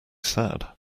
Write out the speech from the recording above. sad